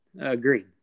Agreed